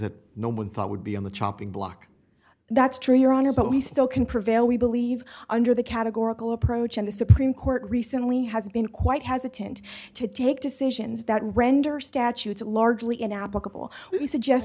that no one thought would be on the chopping block that's true your honor but we still can prevail we believe under the categorical approach and the supreme court recently has been quite hesitant to take decisions that render statutes largely in applicable